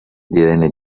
divenne